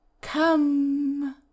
Come